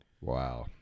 Wow